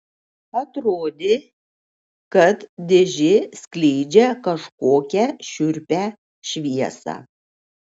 atrodė kad dėžė skleidžia kažkokią šiurpią šviesą